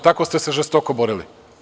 Tako ste se žestoko borili.